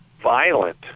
violent